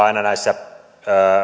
aina näissä